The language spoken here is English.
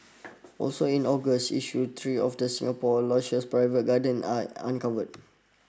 also in August issue three of Singapore's lushest private gardens are uncovered